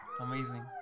Amazing